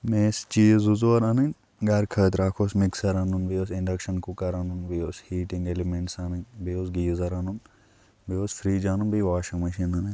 مےٚ ٲسۍ چیٖز زٕ ژور اَنٕنۍ گرٕ خٲطرٕ اَکھ اوس مِکسر اَنُن بیٚیہِ اوس اِنڈکشَن کُکَر اَنُن بیٚیہِ اوس ہیٖٹِنٛگ اٮ۪لِمٮ۪نٛٹٕس اَنٕنۍ بیٚیہِ اوس گیٖزَر اَنُن بیٚیہِ اوس فرِٛج اَنُن بیٚیہِ واشِنٛگ مِشیٖن اَنٕنۍ